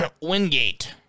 Wingate